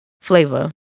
flavor